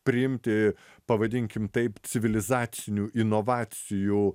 priimti pavadinkim taip civilizacinių inovacijų